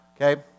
okay